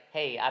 hey